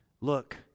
Look